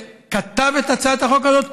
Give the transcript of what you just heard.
שכתב את הצעת החוק הזאת.